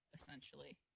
essentially